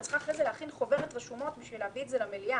אני צריכה להכין חוברת רשומות כדי להביא את זה למליאה.